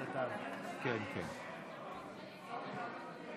6) (חישוב היעדרות לחולים